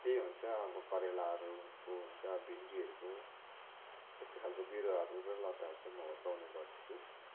त्यही हुन्छ अब करेलाहरूको हुन्छ भिन्डीहरूको त्यस्तै खालको बिरुवाहरू र लताहरू चाहिँ म हुर्काउने गर्दछु